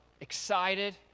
excited